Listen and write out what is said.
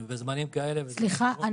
סליחה.